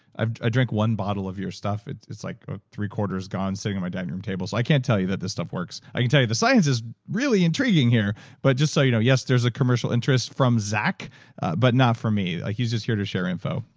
i i drink one bottle of your stuff. it's it's like ah three-quarters gone, sitting in my dining room table. i can't tell you that this stuff works. i can tell you the science is really intriguing here but just so you know, yes, there's a commercial interest from zach but not from me. he's just here to share info.